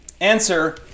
Answer